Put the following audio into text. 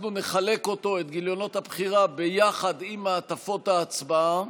אנחנו נחלק את גיליונות הבחירה ביחד עם מעטפות ההצבעה,